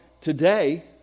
today